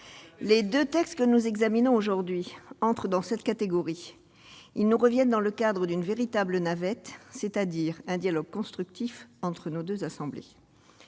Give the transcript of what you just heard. Les deux textes que nous examinons aujourd'hui entrent dans cette catégorie. Ils nous reviennent dans le cadre d'une véritable navette, c'est-à-dire à l'issue d'un dialogue constructif entre les deux assemblées.